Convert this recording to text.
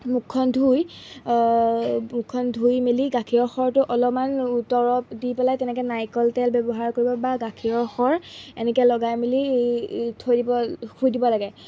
মুখখন ধুই মুখখন ধুই মেলি গাখীৰৰ সৰটো অলপমান তৰপ দি পেলাই তেনেকৈ নাৰিকল তেল ব্যৱহাৰ কৰিব বা গাখীৰৰ সৰ এনেকৈ লগাই মেলি থৈ দিব শুই দিব লাগে